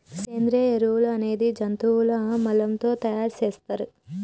సేంద్రియ ఎరువులు అనేది జంతువుల మలం తో తయార్ సేత్తర్